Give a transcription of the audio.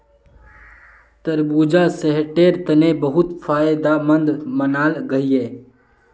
तरबूजा सेहटेर तने बहुत फायदमंद मानाल गहिये